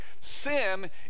sin